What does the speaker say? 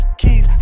keys